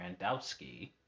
Randowski